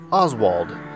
Oswald